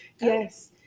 yes